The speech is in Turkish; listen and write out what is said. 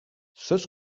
söz